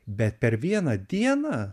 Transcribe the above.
bet per vieną dieną